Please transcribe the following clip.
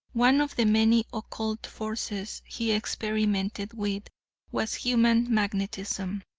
one of the many occult forces he experimented with was human magnetism.